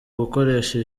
gukoresha